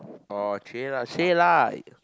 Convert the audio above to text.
oh say lah say lah